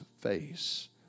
face